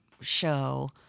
show